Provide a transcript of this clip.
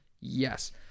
Yes